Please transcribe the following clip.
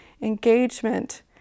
engagement